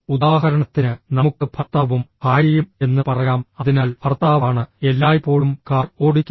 ഉദാഹരണത്തിന് നമുക്ക് ഭർത്താവും ഭാര്യയും എന്ന് പറയാം അതിനാൽ ഭർത്താവാണ് എല്ലായ്പ്പോഴും കാർ ഓടിക്കുന്നത്